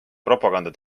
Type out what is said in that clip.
propaganda